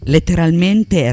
Letteralmente